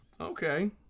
Okay